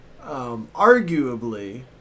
Arguably